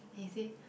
and he say